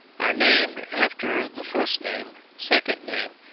are named after the first name, second name,